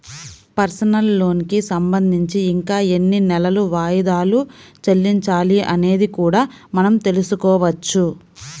personal లోనుకి సంబంధించి ఇంకా ఎన్ని నెలలు వాయిదాలు చెల్లించాలి అనేది కూడా మనం తెల్సుకోవచ్చు